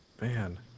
man